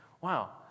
Wow